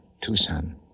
Tucson